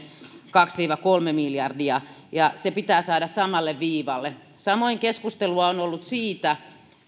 kaksi viiva kolme miljardia ja se pitää saada samalle viivalle samoin keskustelua on on ollut